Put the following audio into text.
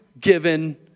given